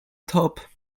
top